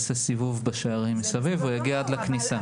שיעשה סיבוב בשערים מסביב ויגיע עד לכניסה.